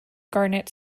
garnet